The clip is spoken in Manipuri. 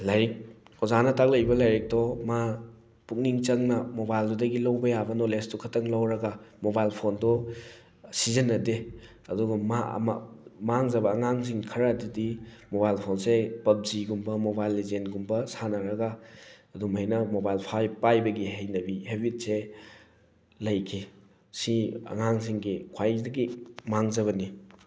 ꯂꯥꯏꯔꯤꯛ ꯑꯣꯖꯥꯅ ꯇꯥꯛꯂꯛꯏꯕ ꯂꯥꯏꯔꯤꯛꯇꯣ ꯃꯥ ꯄꯨꯛꯅꯤꯡ ꯆꯪꯅ ꯃꯣꯕꯥꯏꯜꯗꯨꯗꯒꯤ ꯂꯧꯕ ꯌꯥꯕ ꯅꯣꯂꯦꯖꯇꯨ ꯈꯛꯇꯪ ꯂꯧꯔꯒ ꯃꯣꯕꯥꯏꯜ ꯐꯣꯜꯗꯨ ꯁꯤꯖꯤꯟꯅꯗꯦ ꯑꯗꯨꯒ ꯃꯥꯡꯖꯕ ꯑꯉꯥꯡꯁꯤꯡ ꯈꯔ ꯑꯗꯨꯗꯤ ꯃꯣꯕꯥꯏꯜ ꯐꯣꯜꯁꯦ ꯄꯨꯕꯖꯤꯒꯨꯝꯕ ꯃꯣꯕꯥꯏꯜ ꯂꯤꯖꯦꯟꯒꯨꯝꯕ ꯁꯥꯟꯅꯔꯒ ꯑꯗꯨꯃꯥꯏꯅ ꯃꯣꯕꯥꯏꯜ ꯄꯥꯏꯕꯒꯤ ꯍꯩꯅꯕꯤ ꯍꯦꯕꯤꯠꯁꯦ ꯂꯩꯈꯤ ꯁꯤ ꯑꯉꯥꯡꯁꯤꯡꯒꯤ ꯈ꯭ꯋꯥꯏꯗꯒꯤ ꯃꯥꯡꯖꯕꯅꯤ